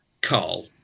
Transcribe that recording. Carl